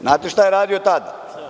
Znate šta je radio tada?